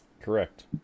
correct